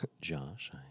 Josh